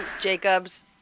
Jacobs